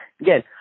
Again